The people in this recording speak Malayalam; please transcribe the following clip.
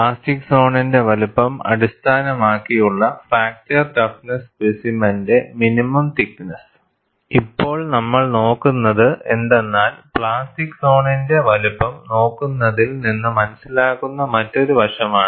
പ്ലാസ്റ്റിക് സോണിന്റെ വലുപ്പം അടിസ്ഥാനമാക്കിയുള്ള ഫ്രാക്ചർ ടഫ്നെസ്സ് സ്പെസിമെന്റെ മിനിമം തിക്ക് നെസ്സ് ഇപ്പോൾ നമ്മൾ നോക്കുന്നത് എന്തെന്നാൽ പ്ലാസ്റ്റിക് സോനിന്റെ വലുപ്പം നോക്കുന്നതിൽ നിന്ന് മനസ്സിലാക്കുന്ന മറ്റൊരു വശമാണ്